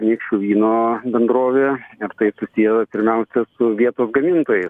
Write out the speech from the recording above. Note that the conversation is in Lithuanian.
anykščių vyno bendrovė ir tai susiję pirmiausia su vietos gamintojais